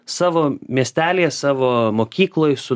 savo miestelyje savo mokykloj su